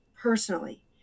personally